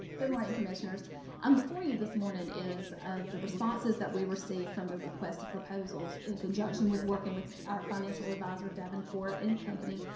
good morning, commissioners and before you this morning is ah the responses that we received from the request for proposals in conjunction with working with our financial advisor, devin port and company,